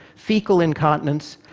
fecal incontinence.